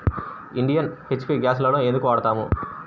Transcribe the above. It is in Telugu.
ఇండియన్, హెచ్.పీ గ్యాస్లనే ఎందుకు వాడతాము?